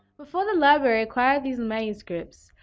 before the library acquired these manuscripts,